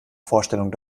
vorstellung